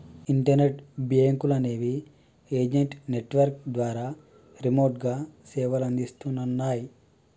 internet బ్యేంకులనేవి agent network ద్వారా రిమోట్గా సేవలనందిస్తన్నయ్